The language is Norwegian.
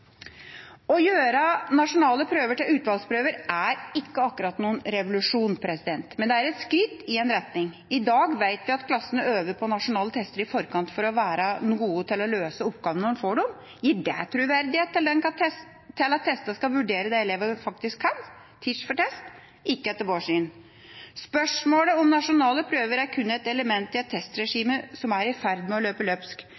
Å gjøre nasjonale prøver til utvalgsprøver er ikke akkurat noen revolusjon, men det er et skritt i en retning. I dag vet jeg at klassene øver på nasjonale tester i forkant for å være gode til å løse oppgavene når de får dem. Gir det troverdighet til at en tester det elevene faktisk kan – «teach for test»? Ikke etter vårt syn. Spørsmålet om nasjonale prøver er kun et element i et testregime som er i ferd med å løpe løpsk.